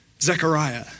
Zechariah